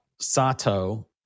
sato